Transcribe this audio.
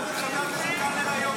כי שמעתי את חבר הכנסת --- היום בבוקר